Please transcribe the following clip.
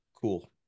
cool